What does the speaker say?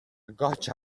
goccia